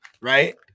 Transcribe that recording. right